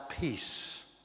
peace